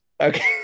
okay